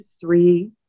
three